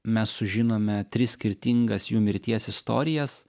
mes sužinome tris skirtingas jų mirties istorijas